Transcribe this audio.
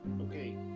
okay